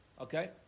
Okay